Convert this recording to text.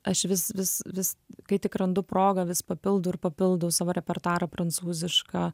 aš vis vis vis kai tik randu progą vis papildau ir papildau savo repertuarą prancūziška